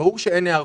ברור שאין היערכות.